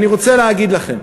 אני רוצה להגיד לכם: